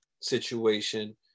situation